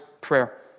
prayer